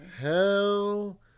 Hell